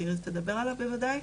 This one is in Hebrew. שאיריס תדבר עליו בוודאי,